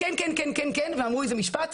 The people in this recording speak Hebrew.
"כן,